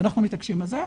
ואנחנו מתעקשים על זה,